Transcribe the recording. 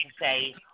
say